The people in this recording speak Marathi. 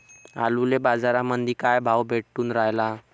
आलूले बाजारामंदी काय भाव भेटून रायला?